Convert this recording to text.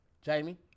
Jamie